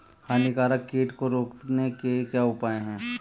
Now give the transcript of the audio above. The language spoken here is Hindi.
हानिकारक कीट को रोकने के क्या उपाय हैं?